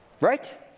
Right